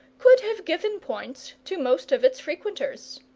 could have given points to most of its frequenters.